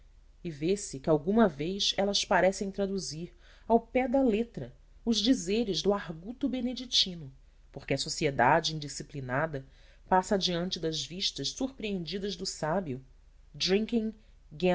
e vê-se que alguma vez elas parecem traduzir ao pé da letra os dizeres do arguto beneditino porque a sociedade indisciplinada passa diante das vistas surpreendidas do sábio